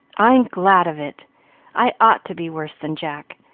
i'm glad of it i ought to be worse than jack,